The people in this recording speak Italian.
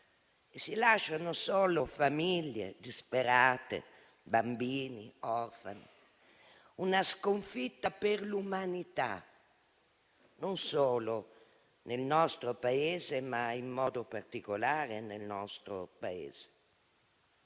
E si lasciano sole famiglie disperate e bambini orfani. È una sconfitta per l'umanità non solo nel nostro Paese, ma in modo particolare nel nostro Paese.